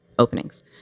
openings